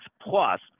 Plus